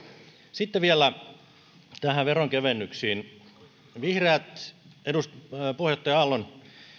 sitten vielä veronkevennyksiin vihreät puheenjohtaja aallon